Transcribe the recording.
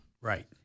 Right